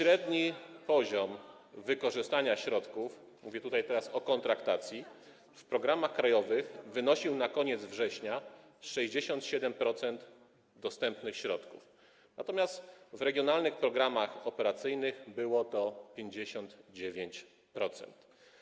Średni poziom wykorzystania środków - mówię teraz o kontraktacji - w zakresie programów krajowych wynosił na koniec września 67% dostępnych środków, natomiast w zakresie regionalnych programów operacyjnych było to 59%.